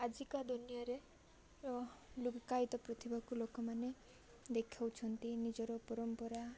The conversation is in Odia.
ଆଜିକା ଦୁନିଆରେ ଲୁକାୟିତ ପୃଥିବୀକୁ ଲୋକମାନେ ଦେଖାଉଛନ୍ତି ନିଜର ପରମ୍ପରା